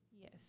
Yes